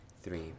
three